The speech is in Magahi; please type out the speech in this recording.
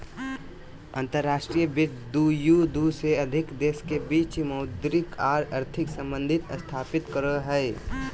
अंतर्राष्ट्रीय वित्त दू या दू से अधिक देश के बीच मौद्रिक आर आर्थिक सम्बंध स्थापित करो हय